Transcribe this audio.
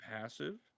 passive